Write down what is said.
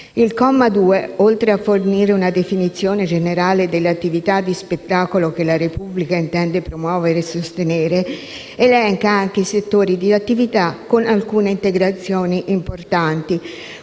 Il comma 2, oltre a fornire una definizione generale delle attività di spettacolo che la Repubblica intende promuovere e sostenere, elenca anche i settori di attività con alcune integrazioni importanti,